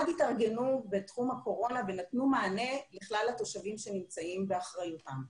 התארגנו בתחום הקורונה ונתנו מענה לכלל התושבים שנמצאים באחריותם.